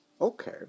Okay